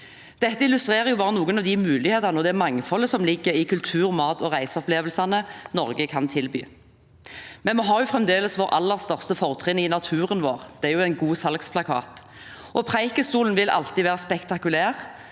Dette illustrerer bare noen av de mulighetene og det mangfoldet som ligger i kultur-, mat- og reiseopplevelsene Norge kan tilby. Men vi har fremdeles vårt aller største fortrinn i naturen vår, det er jo en god salgsplakat. Preikestolen vil alltid være spektakulær,